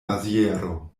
maziero